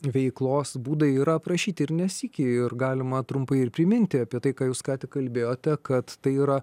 veiklos būdai yra aprašyti ir ne sykį ir galima trumpai ir priminti apie tai ką jūs ką tik kalbėjote kad tai yra